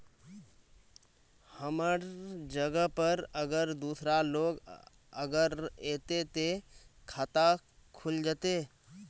हमर जगह पर अगर दूसरा लोग अगर ऐते ते खाता खुल जते?